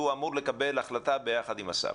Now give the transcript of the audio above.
והוא אמור לקבל החלטה ביחד עם השר.